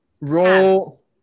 roll